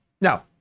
Now